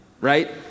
right